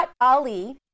Ali